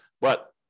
But-